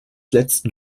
letzten